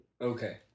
Okay